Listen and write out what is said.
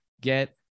get